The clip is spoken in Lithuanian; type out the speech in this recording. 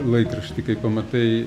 laikrašty kai pamatai